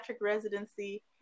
residency